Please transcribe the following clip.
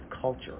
culture